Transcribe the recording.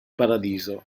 paradiso